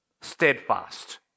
steadfast